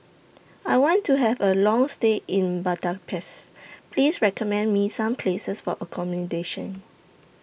I want to Have A Long stay in Budapest Please recommend Me Some Places For accommodation